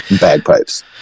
bagpipes